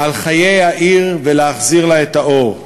על חיי העיר ולהחזיר לה את האור.